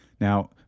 Now